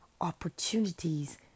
opportunities